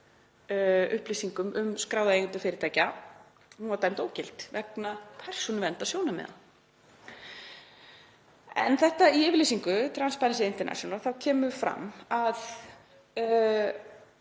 upplýsingum um skráða eigendur fyrirtækja, var dæmd ógild vegna persónuverndarsjónarmiða. Í yfirlýsingu Transparency International kemur fram að